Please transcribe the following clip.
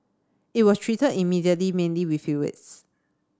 it was treated immediately mainly with fluids